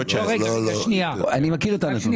אני מכיר את הנתון.